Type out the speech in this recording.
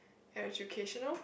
educational